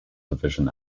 division